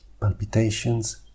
palpitations